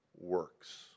works